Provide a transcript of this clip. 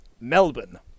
Melbourne